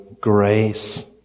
grace